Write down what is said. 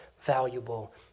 valuable